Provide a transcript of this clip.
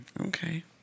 Okay